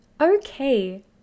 Okay